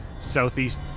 southeast